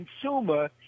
consumer